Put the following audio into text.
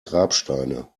grabsteine